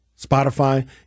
Spotify